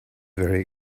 very